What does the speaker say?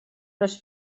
les